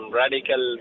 radical